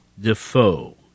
Defoe